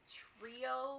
trio